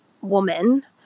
woman